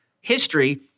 history